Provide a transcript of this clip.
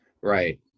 Right